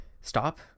stop